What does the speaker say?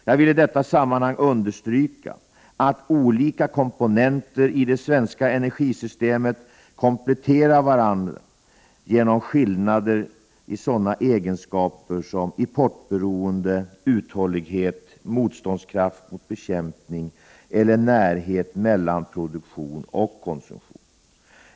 Jag vill i detta sammanhang understryka, att olika komponenter i det svenska energisystemet kompletterar varandra genom skillnader i sådana egenskaper som importoberoende, uthållighet, motståndskraft mot bekämpning eller närhet mellan produktion och konsumtion.